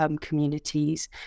communities